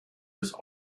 des